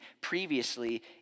previously